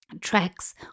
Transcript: tracks